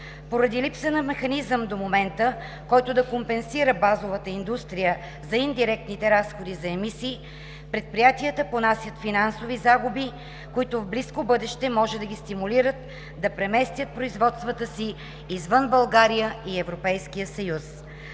Поради липса на механизъм до момента, който да компенсира базовата индустрия за индиректните разходи за емисии, предприятията понасят финансови загуби, които в близко бъдеще може да ги стимулират да преместят производствата си извън България и ЕС.